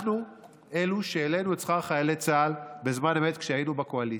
אנחנו אלה שהעלינו את שכר חיילי צה"ל בזמן אמת כשהיינו בקואליציה.